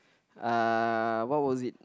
uh what was it